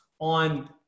on